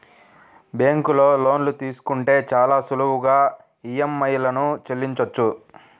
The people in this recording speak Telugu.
బ్యేంకులో లోన్లు తీసుకుంటే చాలా సులువుగా ఈఎంఐలను చెల్లించొచ్చు